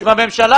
אם הממשלה,